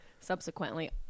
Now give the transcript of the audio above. subsequently